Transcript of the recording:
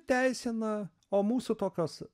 teisina o mūsų tokios